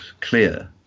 clear